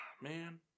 Man